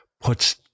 puts